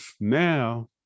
now